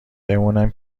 بمونم